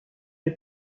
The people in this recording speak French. les